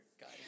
guys